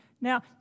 Now